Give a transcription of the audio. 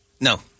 No